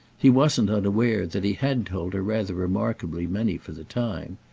he wasn't unaware that he had told her rather remarkably many for the time,